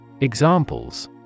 Examples